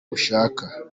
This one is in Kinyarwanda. ushaka